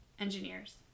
engineers